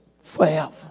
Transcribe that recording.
forever